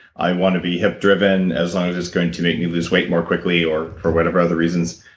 i want to be hip-driven as long as it's going to make me lose weight more quickly, or for whatever other reasons,